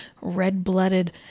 red-blooded